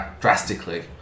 drastically